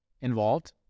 involved